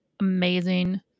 amazing